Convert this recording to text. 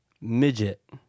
midget